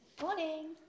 Morning